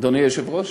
אדוני היושב-ראש,